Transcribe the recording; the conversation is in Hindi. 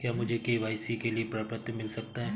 क्या मुझे के.वाई.सी के लिए प्रपत्र मिल सकता है?